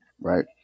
right